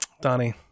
Donnie –